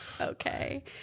Okay